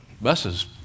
buses